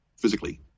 physically